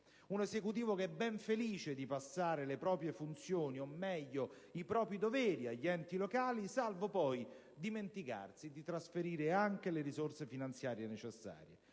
un Esecutivo che è ben felice di passare le proprie funzioni o, meglio, i propri doveri agli enti locali, salvo poi dimenticarsi di trasferire anche le risorse finanziarie necessarie.